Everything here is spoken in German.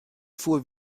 fuhr